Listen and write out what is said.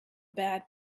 bad